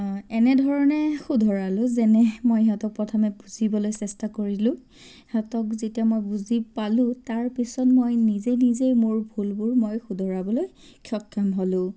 এনে ধৰণে শুধৰালো যেনে মই সিহঁতক প্ৰথমে বুজিবলৈ চেষ্টা কৰিলোঁ সিহঁতক যেতিয়া মই বুজি পালোঁ তাৰপিছত মই নিজে নিজেই মোৰ ভুলবোৰ মই শুধৰাবলৈ সক্ষম হ'লোঁ